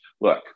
look